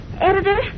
Editor